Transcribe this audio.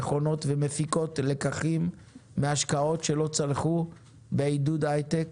נכונות ומפיקות לקחים מהשקעות שלא צלחו בעידוד ההיי-טק,